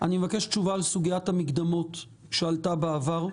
אני מבקש תשובה על סוגיית המקדמות שעלתה בעבר,